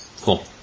Cool